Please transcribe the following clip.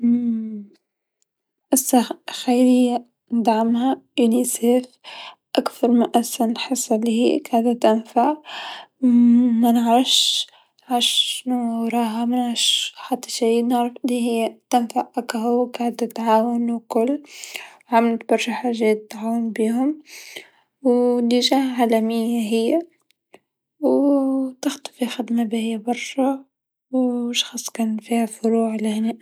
ؤسسات خيريه ندعمها يونيسيف أكثر مؤسسه انحسها هي قاعدا تنفع منعرفش عش شنو راها منعرفش حتى شي نعرف بلي هي تنفع أكاهو و قاعدا تعاون و كل، عملت برشا حاجات تعاون بيهم و لجنه عالميا هي و تخدم في خدمه باهيا برشا و شكان خاص فيها فروع لهنا.